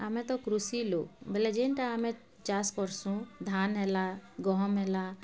ଆମେ ତ କୃଷି ଲୋକ୍ ବେଲେ ଯେନ୍ଟା ଆମେ ଚାଷ୍ କରସୁଁ ଧାନ୍ ହେଲା ଗହମ୍ ହେଲା